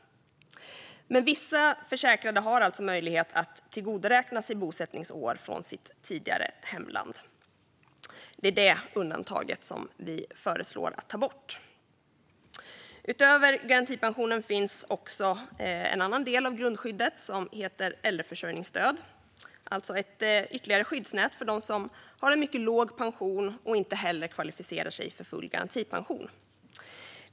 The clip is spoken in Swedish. Men vissa försäkrade har alltså möjlighet att tillgodoräkna sig bosättningsår från sitt tidigare hemland. Det är detta undantag som vi föreslår ska tas bort. Utöver garantipension finns en annan del av grundskyddet som heter äldreförsörjningsstöd, alltså ett ytterligare skyddsnät för dem som har en mycket låg pension och heller inte kvalificerar sig för full garantipension.